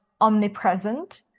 omnipresent